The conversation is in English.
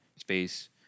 space